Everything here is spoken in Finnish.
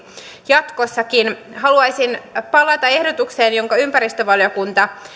jatkossakin haluaisin palata ehdotukseen jonka ympäristövaliokunta